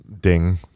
ding